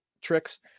tricks